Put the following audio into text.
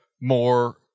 more